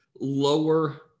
lower